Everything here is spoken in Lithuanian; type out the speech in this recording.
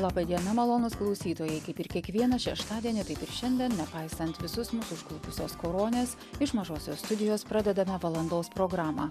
laba diena malonūs klausytojai kaip ir kiekvieną šeštadienį taip ir šiandien nepaisant visus mus užklupusios koronės iš mažosios studijos pradedame valandos programą